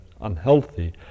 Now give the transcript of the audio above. unhealthy